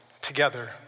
together